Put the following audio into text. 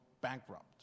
bankrupt